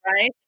right